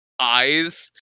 eyes